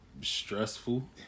Stressful